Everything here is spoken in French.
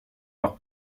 leur